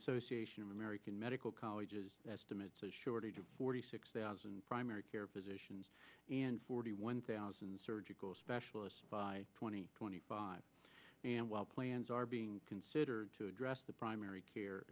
association of american medical colleges emits a shortage of forty six thousand primary care physicians and forty one thousand surgical specialists by twenty twenty five and while plans are being considered to address the primary care